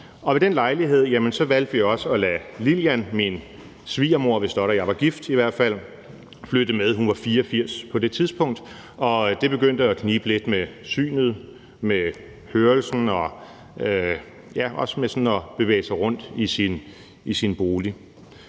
og ved den lejlighed valgte vi også at lade Lillian, min svigermor, hvis Dot og jeg var gift i hvert fald, flytte med. Hun var 84 på det tidspunkt, og det begyndte at knibe lidt med synet, med hørelsen og med sådan at bevæge sig rundt i sin bolig.